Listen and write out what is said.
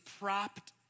propped